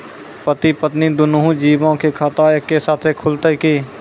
पति पत्नी दुनहु जीबो के खाता एक्के साथै खुलते की?